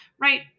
Right